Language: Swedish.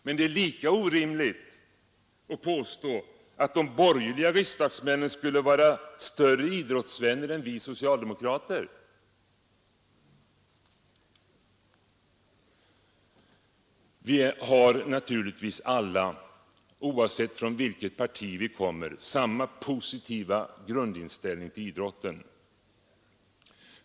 Men det är lika orimligt att påstå att de borgerliga riksdagsmännen skulle vara större idrottsvänner än vi socialdemokrater. Vi har naturligtvis alla oavsett från vilket parti vi kommer samma positiva grundinställning till idrotten.